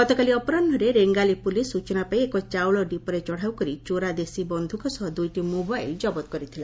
ଗତକାଲି ଅପରାହୁରେ ରେଙ୍ଗାଲି ପୋଲିସ୍ ସୂଚନା ପାଇ ଏକ ଚାଉଳ ଡିପୋରେ ଚଢ଼ଉ କରି ଚୋରା ଦେଶୀ ବନ୍ଧୁକ ସହ ଦୁଇଟି ମୋବାଇଲ୍ ଜବତ କରିଥିଲା